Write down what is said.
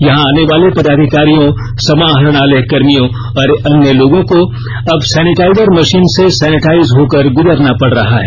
यहां आने वाले पदाधिकारियों समाहरणालय कर्मियों और अन्य लोगों को अब सैनिटाइजर मशीन से सैनिटाइज होकर गुजरना पड़ रहा है